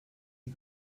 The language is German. die